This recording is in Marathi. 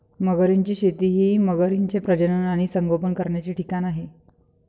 मगरींची शेती हे मगरींचे प्रजनन आणि संगोपन करण्याचे ठिकाण आहे